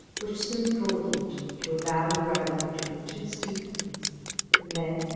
which soon broadened to a valley running between two steep hills and then,